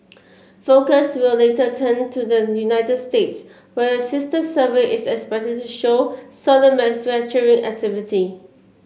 focus will later turn to the United States where a sister survey is expected to show solid manufacturing activity